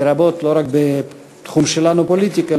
לא רק בתחום הפוליטיקה,